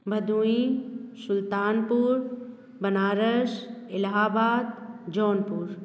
Bhadohi Sultanpur Banaras Allahabad Jaunpur